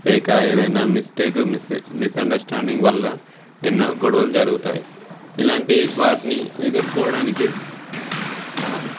లేదా ఏదైన్నా mistake miss misunderstanding వల్ల ఎన్నో గొడవలు జరుగుతాయి ఇలాంటి వాటిని ఎదుర్కోవడానికి మనం